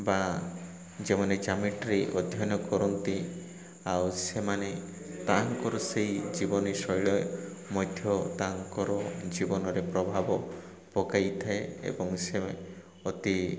ବା ଯେଉଁମାନେ ଜିଓମେଟ୍ରି ଅଧ୍ୟୟନ କରନ୍ତି ଆଉ ସେମାନେ ତାଙ୍କର ସେଇ ଜୀବନୀ ଶୈଳୀ ମଧ୍ୟ ତାଙ୍କର ଜୀବନରେ ପ୍ରଭାବ ପକାଇଥାଏ ଏବଂ ସେ ଅତି